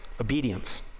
obedience